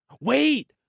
Wait